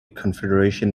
confederation